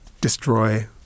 destroy